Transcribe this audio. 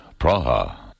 Praha